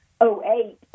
08